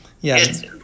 Yes